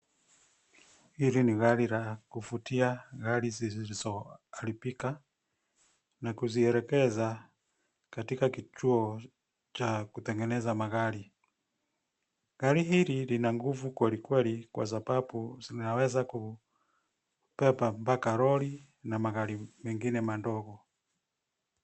Hili ni gari la kuvutia gari zilizoharibika na zukielekeza katika kituo cha kutengeneza magari. Gari hili lina nguvu kwelikweli kwa sababu zinaweza kubeba mpaka lori na magari mengine madogo.